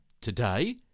Today